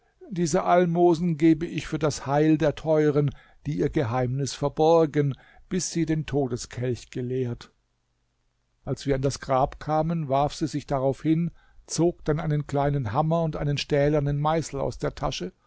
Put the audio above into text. diese almosen gebe ich für das heil der teuren die ihr geheimnis verborgen bis sie den todeskelch geleert als wir an das grab kamen warf sie sich darauf hin zog dann einen kleinen hammer und einen stählernen meißel aus der tasche